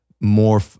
more